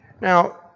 Now